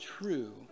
true